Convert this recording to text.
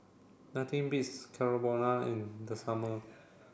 nothing beats Carbonara in the summer